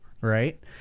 right